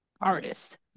artist